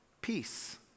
peace